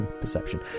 perception